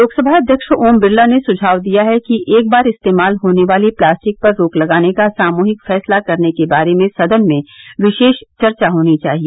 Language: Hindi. लोकसभा अध्यक्ष ओम बिरला ने सुझाव दिया है कि एक बार इस्तेमाल होने वाली प्लास्टिक पर रोक लगाने का सामूहिक फैसला करने के बारे में सदन में विशेष चर्चा होनी चाहिए